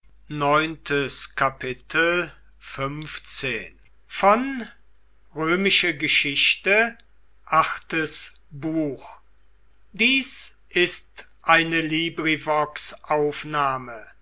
sind ist eine